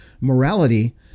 morality